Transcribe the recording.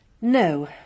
No